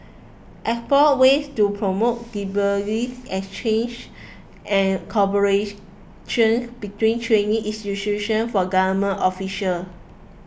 explore ways to promote exchange and cooperation between training institutions for government official